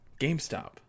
GameStop